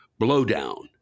Blowdown